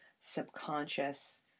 subconscious